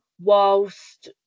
whilst